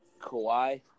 Kawhi